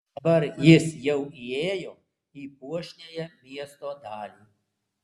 dabar jis jau įėjo į puošniąją miesto dalį